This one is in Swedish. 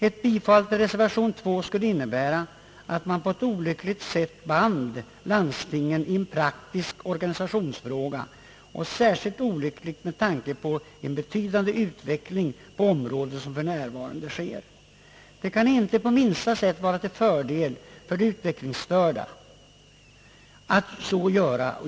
Ett bifall till reservation II skulle innebära att man på ett olyckligt sätt band landstingen i en praktisk organisationsfråga — särskilt olyckligt med tanke på den betydande utveckling som för närvarande sker på området. Det kan inte på minsta sätt vara till fördel för de utvecklingsstörda.